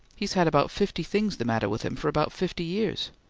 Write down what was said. he's had about fifty things the matter with him for about fifty years.